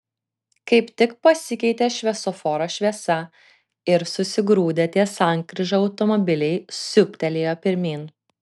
kaip tik pasikeitė šviesoforo šviesa ir susigrūdę ties sankryža automobiliai siūbtelėjo pirmyn